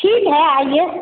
ठीक है आइये